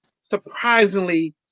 Surprisingly